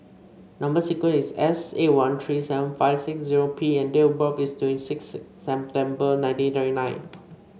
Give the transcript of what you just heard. number sequence is S eight one three seven five six zero P and date of birth is twenty six September nineteen thirty nine